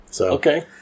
Okay